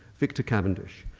victor cavendish,